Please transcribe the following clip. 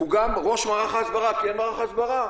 הוא גם ראש מערך ההסברה, כי אין מערך הסברה.